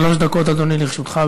שלוש דקות, אדוני, לרשותך.